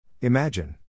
Imagine